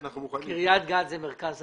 אנחנו רוצים להמשיך את